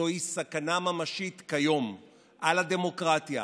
זוהי סכנה ממשית כיום על הדמוקרטיה,